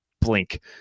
blink